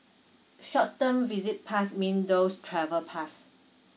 short term visit pass mean those travel pass